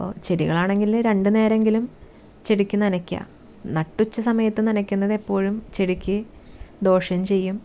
അപ്പോൾ ചെടികളാണെങ്കിൽ രണ്ടു നേരമെങ്കിലും ചെടിക്ക് നനക്കുക നട്ടുച്ച സമയത്ത് നനക്കുന്നത് എപ്പോഴും ചെടിക്ക് ദോഷം ചെയ്യും